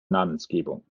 namensgebung